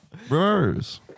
Reverse